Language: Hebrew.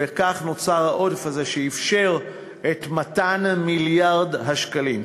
וכך נוצר העודף הזה שאפשר את מתן מיליארד השקלים,